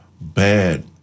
bad